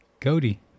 Cody